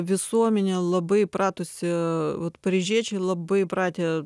visuomenė labai pratusi vat paryžiečiai labai pratę